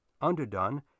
Underdone